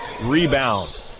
rebound